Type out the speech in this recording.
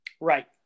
Right